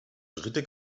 dritte